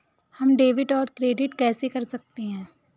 हम डेबिटऔर क्रेडिट कैसे कर सकते हैं?